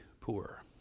poor